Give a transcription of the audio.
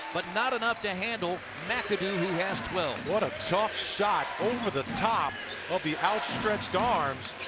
but not enough to handle mcadoo who has twelve. what a tough shot over the top of the outstretched arms